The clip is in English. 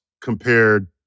compared